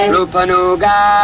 Rupanuga